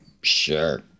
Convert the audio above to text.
sure